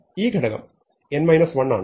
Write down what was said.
ഈ ഘടകം n 1 ആണ്